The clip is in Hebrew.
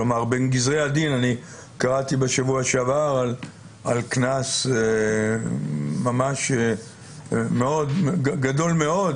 כלומר בין גזרי הדין אני קראתי בשבוע שעבר על קנס גדול מאוד,